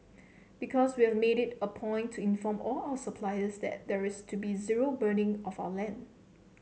because we have made it a point to inform all our suppliers that there is to be zero burning of our land